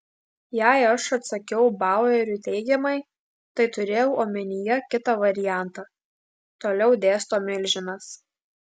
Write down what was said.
jei aš atsakiau baueriui teigiamai tai turėjau omenyje kitą variantą toliau dėsto milžinas